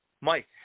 Mike